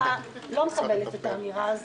לא מקבלת את האמירה הזאת.